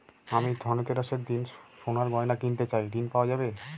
আমি ধনতেরাসের দিন সোনার গয়না কিনতে চাই ঝণ পাওয়া যাবে?